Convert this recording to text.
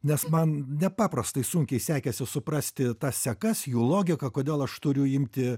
nes man nepaprastai sunkiai sekėsi suprasti tas sekas jų logiką kodėl aš turiu imti